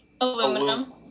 aluminum